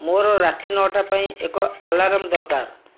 ମୋର ରାତି ନଅଟା ପାଇଁ ଏକ ଆଲାର୍ମ ଦରକାର